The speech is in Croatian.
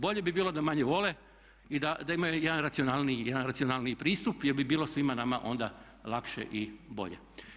Bolje bi bilo da manje vole i da imaju jedan racionalniji pristup jer bi bilo svima nama onda lakše i bolje.